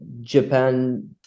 Japan